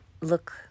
look